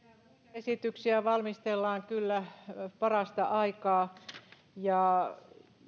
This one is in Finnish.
esityksiä valmistellaan kyllä parasta aikaa ja